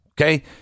Okay